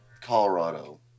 Colorado